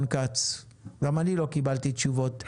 גם אני לא קיבלתי תשובות.